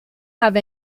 have